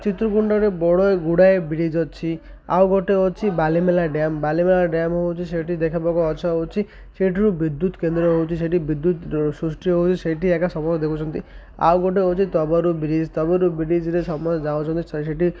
ଚିତ୍ରକୁଣ୍ଡରେ ବଡ଼ ଗୁଡ଼ାଏ ବ୍ରିଜ୍ ଅଛି ଆଉ ଗୋଟେ ଅଛି ବାଲିମେଲା ଡ଼୍ୟାମ୍ ବାଲିମେଲା ଡ଼୍ୟାମ୍ ହେଉଛି ସେଇଠି ଦେଖିବାକୁ ଅଛ ହେଉଛି ସେଇଠାରୁ ବିଦ୍ୟୁତ୍ କେନ୍ଦ୍ର ହେଉଛି ସେଠି ବିଦ୍ୟୁତ୍ ସୃଷ୍ଟି ହେଉଛି ସେଇଠି ଏକା ସମସ୍ତ ଦେଖୁଛନ୍ତି ଆଉ ଗୋଟେ ହେଉଛି ତବରୁ ବ୍ରିଜ୍ ତବରୁ ବ୍ରିଜ୍ରେ ସମସ୍ତେ ଯାଉଛନ୍ତି ସେଠି